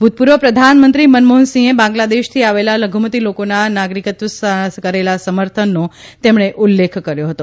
ભુતપુર્વ પ્રધાનમંત્રી મનમોહનસિંહે બાંગ્લાદેશથી આવેલા લધુમતી લોકોના નાગરીકત્વના કરેલા સમર્થનનો તેમણે ઉલ્લેખ કર્યો હતો